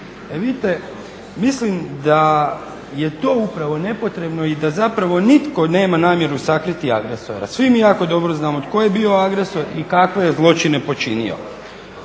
E vidite, mislim da je to upravo nepotrebno i da zapravo nitko nema namjeru sakriti agresora. Svi mi jako dobro znamo tko je bio agresor i kakve je zločine počinio.